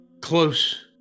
close